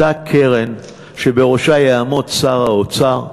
אותה קרן שבראשה יעמוד שר האוצר.